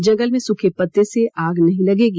जंगल में सूखे पत्ते से आग नहीं लगेगी